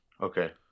Okay